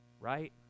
Right